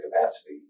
capacity